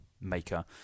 maker